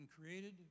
created